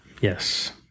Yes